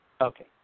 Okay